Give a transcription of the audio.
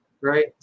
Right